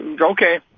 okay